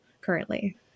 currently